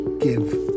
give